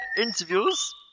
interviews